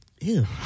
Ew